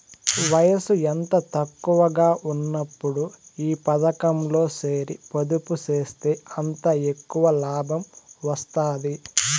వయసు ఎంత తక్కువగా ఉన్నప్పుడు ఈ పతకంలో సేరి పొదుపు సేస్తే అంత ఎక్కవ లాబం వస్తాది